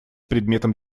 предметом